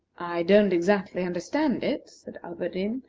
don't exactly understand it, said alberdin,